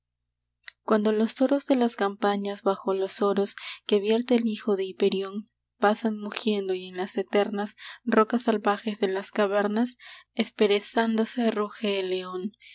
cuando los toros de las campañas bajo los oros que vierte el hijo de hiperión pasan mugiendo y en las eternas rocas salvajes de las cavernas esperezándose ruge el león